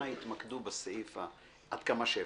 אנא התמקדו בסעיף עד כמה שאפשר.